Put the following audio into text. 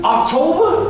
October